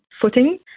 footing